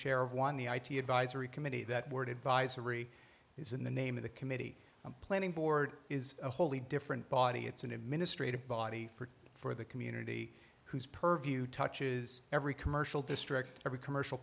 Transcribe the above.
chair of one the i t advisory committee that word advisory is in the name of the committee planning board is a wholly different body it's an administrative body for for the community whose purview touches every commercial district every commercial